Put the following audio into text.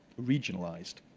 regionalized.